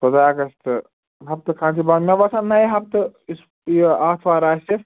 ژۅداہ August ہفتہٕ کھنٛڈ چھُ بنٛد مےٚ باسان نَیہِ ہَفتہٕ یُس یہِ آتھوار آسہِ